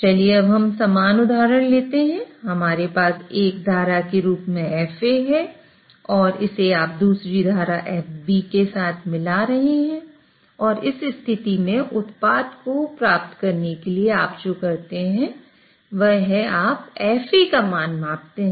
चलिए अब हम समान उदाहरण लेते हैं हमारे पास एक धारा के रूप में FA है और इसे आप दूसरी धारा FB के साथ मिला रहे हैं और इस स्थिति में उत्पाद को प्राप्त करने के लिए आप जो करते हैं वह है आप FA का मान मापते हैं